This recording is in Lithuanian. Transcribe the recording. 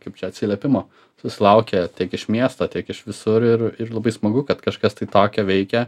kaip čia atsiliepimo susilaukia tiek iš miesto tiek iš visur ir ir labai smagu kad kažkas tai tokio veikia